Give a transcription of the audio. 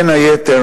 בין היתר,